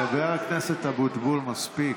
חבר הכנסת אבוטבול, מספיק.